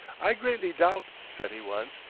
i greatly doubt, said he once,